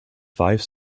five